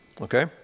Okay